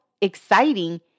exciting